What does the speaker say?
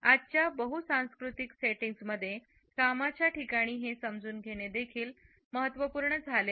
आजच्या बहुसांस्कृतिक सेटिंग्जमध्ये कामाच्या ठिकाणी हे समजून घेणे देखील महत्त्वपूर्ण झाले आहे